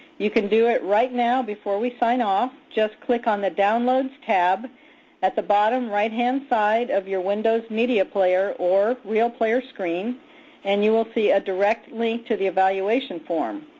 you can do it right now before we sign off just click on the downloads tab at the bottom right-hand side of your windows media player or realplayer screen and you will see a direct link to the evaluation form.